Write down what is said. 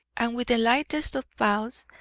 and with the lightest of bows,